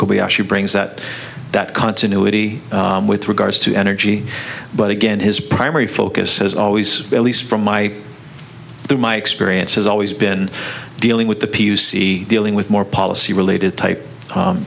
mystical be a she brings that that continuity with regards to energy but again his primary focus has always at least from my through my experience has always been dealing with the p u c dealing with more policy related type